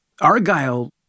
Argyle